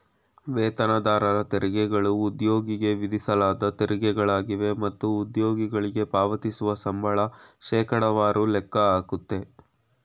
ವೇತನದಾರರ ತೆರಿಗೆಗಳು ಉದ್ಯೋಗಿಗೆ ವಿಧಿಸಲಾದ ತೆರಿಗೆಗಳಾಗಿವೆ ಮತ್ತು ಉದ್ಯೋಗಿಗಳ್ಗೆ ಪಾವತಿಸುವ ಸಂಬಳ ಶೇಕಡವಾರು ಲೆಕ್ಕ ಹಾಕುತ್ತೆ